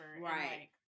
Right